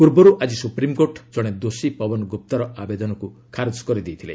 ପୂର୍ବରୁ ଆଜି ସୁପ୍ରିମ୍କୋର୍ଟ ଜଣେ ଦୋଷୀ ପବନଗୁପ୍ତାର ଆବେଦନକୁ ଖାରଜ କରିଦେଇଥିଲେ